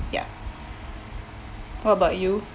ya what about you